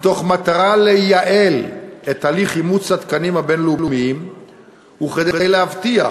מתוך מטרה לייעל את הליך אימוץ התקנים הבין-לאומיים וכדי להבטיח